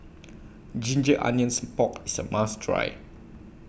Ginger Onions Pork IS A must Try